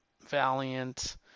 Valiant